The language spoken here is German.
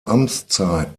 amtszeit